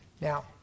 Now